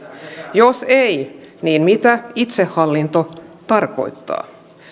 jos ei niin mitä itsehallinto tarkoittaa